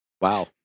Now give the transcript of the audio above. wow